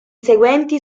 seguenti